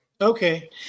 okay